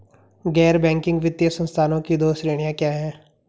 गैर बैंकिंग वित्तीय संस्थानों की दो श्रेणियाँ क्या हैं?